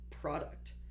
product